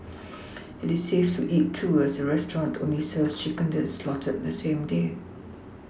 it is safe to eat too as the restaurant only serves chicken that is slaughtered on the same day